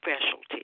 specialty